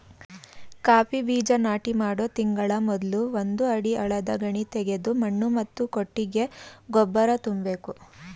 coffee ಬೀಜ ನಾಟಿ ಮಾಡೋ ತಿಂಗಳ ಮೊದ್ಲು ಒಂದು ಅಡಿ ಆಳದ ಗುಣಿತೆಗೆದು ಮಣ್ಣು ಮತ್ತು ಕೊಟ್ಟಿಗೆ ಗೊಬ್ಬರ ತುಂಬ್ಬೇಕು